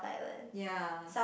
ya